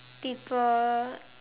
people